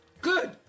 good